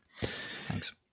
thanks